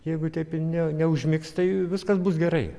jeigu taip neužmigs tai viskas bus gerai